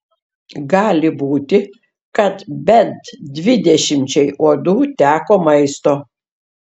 gali būti kad bent dvidešimčiai uodų teko maisto